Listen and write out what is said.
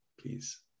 please